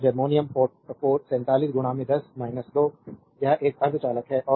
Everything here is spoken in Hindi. और जर्मेनियम 47 10 2 यह एक अर्धचालक है